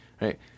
right